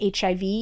HIV